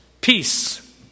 Peace